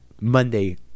Monday